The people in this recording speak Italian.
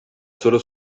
solo